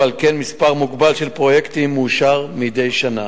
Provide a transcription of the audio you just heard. ועל כן מספר מוגבל של פרויקטים מאושר מדי שנה.